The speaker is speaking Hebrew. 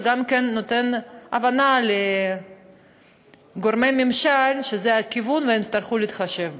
וגם נותן הבנה לגורמי ממשל שזה הכיוון והם יצטרכו להתחשב בכך.